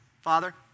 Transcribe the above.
Father